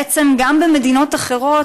בעצם גם במדינות אחרות,